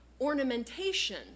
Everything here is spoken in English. ornamentation